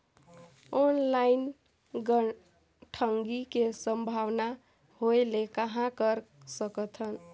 Online ठगी के संभावना होय ले कहां कर सकथन?